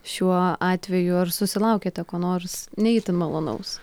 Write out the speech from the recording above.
šiuo atveju ar susilaukiate ko nors ne itin malonaus